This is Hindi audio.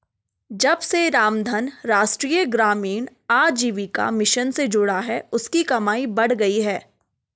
जब से रामधन राष्ट्रीय ग्रामीण आजीविका मिशन से जुड़ा है उसकी कमाई बढ़ गयी है